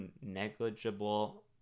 Negligible